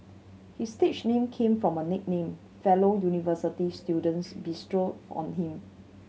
his stage name came from a nickname fellow university students bestowed on him